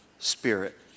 spirit